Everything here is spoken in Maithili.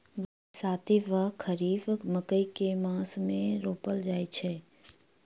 बरसाती वा खरीफ मकई केँ मास मे रोपल जाय छैय?